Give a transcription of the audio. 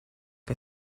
che